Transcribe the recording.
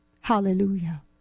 Hallelujah